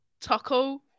taco